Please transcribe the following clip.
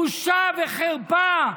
בושה וחרפה.